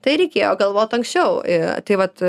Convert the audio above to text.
tai reikėjo galvot anksčiau į tai vat